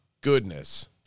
goodness